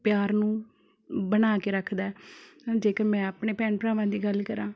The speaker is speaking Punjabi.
ਪਿਆਰ ਨੂੰ ਬਣਾ ਕੇ ਰੱਖਦੈ ਜੇਕਰ ਮੈਂ ਆਪਣੇ ਭੈਣ ਭਰਾਵਾਂ ਦੀ ਗੱਲ ਕਰਾਂ